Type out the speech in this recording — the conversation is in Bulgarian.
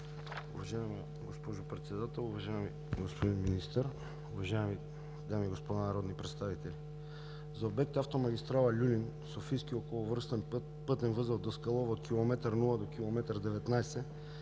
Уважаема госпожо Председател, уважаеми господин Министър, уважаеми дами и господа народни представители! За обекта автомагистрала „Люлин“, софийски околовръстен път, пътен възел „Даскалово“ от километър 0 до километър 19